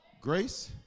Grace